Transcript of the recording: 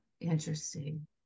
interesting